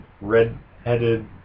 red-headed